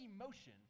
emotion